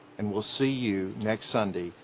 and we'll see you next sunday,